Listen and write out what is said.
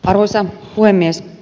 arvoisa puhemies